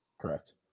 Correct